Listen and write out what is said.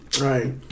right